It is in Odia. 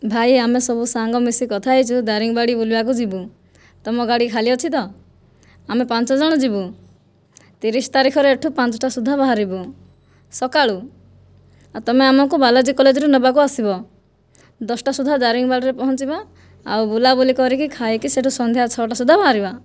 ଭାଇ ଆମେ ସବୁ ସାଙ୍ଗ ମିଶି କଥା ହୋଇଛୁ ଦାରିଙ୍ଗବାଡ଼ି ବୁଲିବାକୁ ଯିବୁ ତୁମ ଗାଡ଼ି ଖାଲି ଅଛି ତ ଆମେ ପାଞ୍ଚ ଜଣ ଯିବୁ ତିରିଶ ତାରିଖରେ ଏ'ଠୁ ପାଞ୍ଚଟା ସୁଦ୍ଧା ବାହାରିବୁ ସକାଳୁ ଆଉ ତମେ ଆମକୁ ବାଲାଜୀ କଲେଜରୁ ନେବାକୁ ଆସିବ ଦଶଟା ସୁଦ୍ଧା ଦାରିଙ୍ଗବାଡ଼ିରେ ପହଞ୍ଚିବା ଆଉ ବୁଲାବୁଲି କରିକି ଖାଇକି ସେଠୁ ସନ୍ଧ୍ୟା ଛଅଟା ସୁଦ୍ଧା ବାହାରିବା